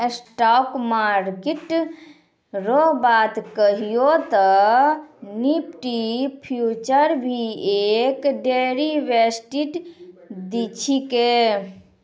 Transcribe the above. stock market रो बात कहियो ते निफ्टी फ्यूचर भी एक डेरीवेटिव छिकै